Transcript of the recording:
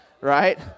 right